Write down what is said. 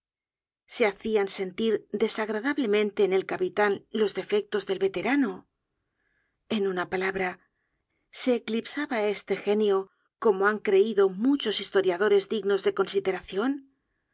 se hacian sentir desagradablemente en el capitan los defectos del veterano en una palabra se eclipsaba este genio como han creído muchos historiadores dignos de consideracion se